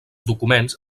documents